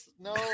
no